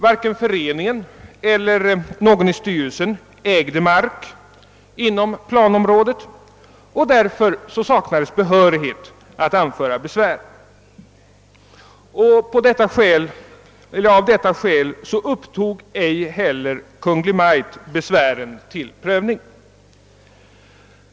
Varken föreningen eller någon i styrelsen ägde mark inom planområdet, och därför saknades behö righet att anföra besvär. Av detta skäl upptog ej heller Kungl. Maj:t besvären till prövning.